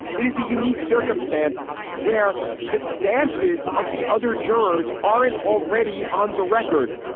it is a unique circumstance where the stance is. of the other jurors are in already on the record.